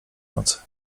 nocy